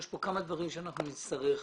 יש כאן כמה דברים שאנחנו נצטרך